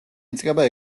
იწყება